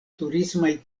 turismaj